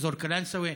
ואזור קלנסווה,